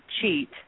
cheat